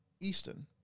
easton